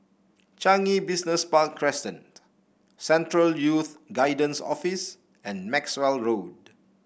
Changi Business Park Crescent Central Youth Guidance Office and Maxwell Road